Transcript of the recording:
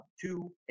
two